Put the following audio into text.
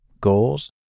goals